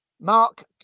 Mark